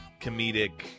comedic